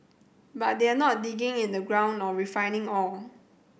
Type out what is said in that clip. but they're not digging in the ground or refining ore